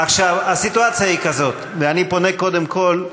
עכשיו, הסיטואציה היא כזאת, ואני פונה, קודם כול,